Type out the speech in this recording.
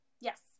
Yes